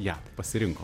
ją pasirinkom